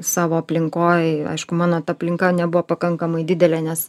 savo aplinkoj aišku mano ta aplinka nebuvo pakankamai didelė nes